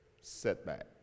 setback